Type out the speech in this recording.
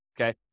okay